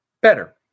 better